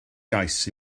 gais